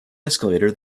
escalator